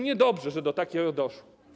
Niedobrze, że do tego doszło.